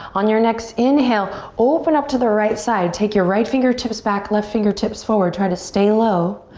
on your next inhale open up to the right side. take your right fingertips back, left fingertips forward. try to stay low.